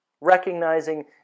recognizing